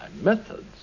methods